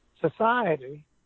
society